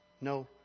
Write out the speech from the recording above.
no